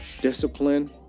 discipline